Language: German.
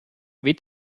weht